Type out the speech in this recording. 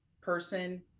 person